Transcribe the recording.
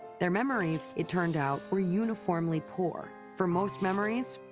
their memories, it turned out, were uniformly poor for most memories,